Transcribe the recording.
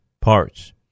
parts